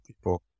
people